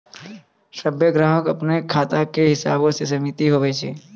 सभ्भे ग्राहको के अपनो खाता के हिसाबो से सीमित हुवै छै